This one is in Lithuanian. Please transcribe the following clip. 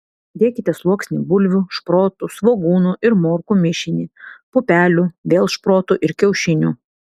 dėkite sluoksnį bulvių šprotų svogūnų ir morkų mišinį pupelių vėl šprotų ir kiaušinių